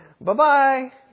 bye-bye